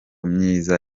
myiza